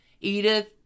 Edith